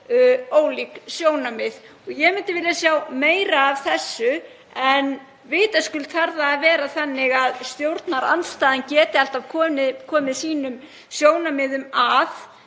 ólík. Ég myndi vilja sjá meira af slíku en vitaskuld þarf það að vera þannig að stjórnarandstaðan geti alltaf komið sínum sjónarmiðum að